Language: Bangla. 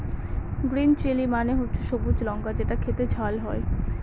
গ্রিন চিলি মানে হচ্ছে সবুজ লঙ্কা যেটা খেতে ঝাল হয়